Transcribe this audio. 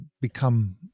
become